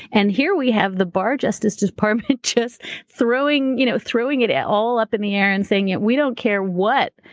and here we have the barr justice department just throwing you know throwing it it all up in the air and saying, yeah, we don't care what.